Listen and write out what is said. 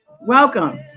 welcome